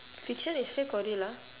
fiction is fake or real ah